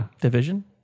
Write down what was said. Division